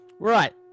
Right